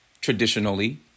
traditionally